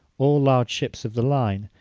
all large ships of the line,